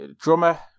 drummer